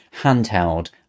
handheld